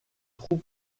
troupes